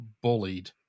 bullied